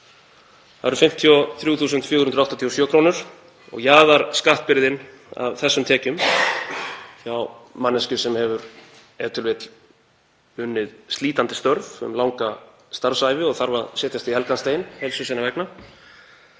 Það eru 53.487 kr. og jaðarskattbyrðin af þessum tekjum hjá manneskju, sem hefur e.t.v. unnið slítandi störf um langa starfsævi og þarf að setjast í helgan stein heilsu sinnar vegna,